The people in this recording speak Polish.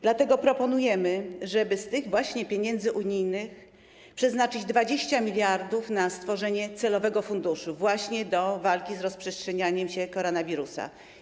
Dlatego proponujemy, żeby z tych właśnie pieniędzy unijnych przeznaczyć 20 mld na stworzenie celowego funduszu właśnie na walkę z rozprzestrzenianiem się koronawirusa.